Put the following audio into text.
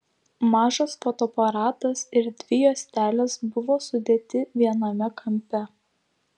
mažas fotoaparatas ir dvi juostelės buvo sudėti viename kampe